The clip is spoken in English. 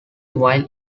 while